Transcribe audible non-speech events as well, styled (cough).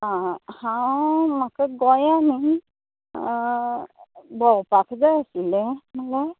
आं आं हांव म्हाका गोंयान (unintelligible) भोंवपाक जाय आशिल्लें म्हणल्यार